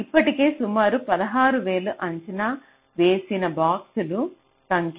ఇప్పటికే సుమారు 16000 అంచనా వేసిన బాక్సుల సంఖ్య